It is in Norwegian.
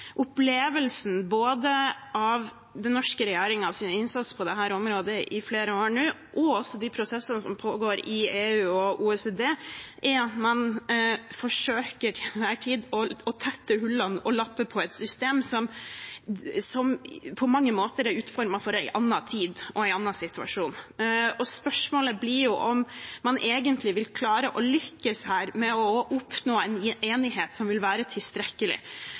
av både den norske regjeringens innsats på dette området i flere år nå og de prosessene som pågår i EU og OECD, er at man til enhver tid forsøker å tette hullene og lappe på et system som på mange måter er utformet for en annen tid og en annen situasjon. Spørsmålet blir om man her egentlig vil klare å lykkes med å oppnå en enighet som vil være tilstrekkelig,